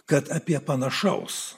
kad apie panašaus